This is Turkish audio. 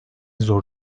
zor